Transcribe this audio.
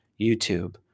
YouTube